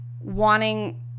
wanting